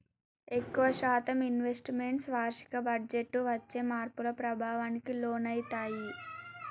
ఎక్కువ శాతం investments వార్షిక బడ్జెట్టు వచ్చే మార్పుల ప్రభావానికి లోనయితయ్యి